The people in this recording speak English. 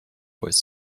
boys